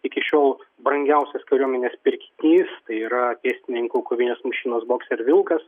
iki šiol brangiausias kariuomenės pirkinys tai yra pėstininkų kovinės mašinos boxer vilkas